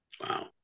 wow